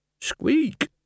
Squeak